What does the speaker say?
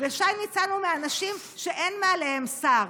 ושי ניצן הוא מהאנשים שאין מעליהם שר.